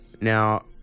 Now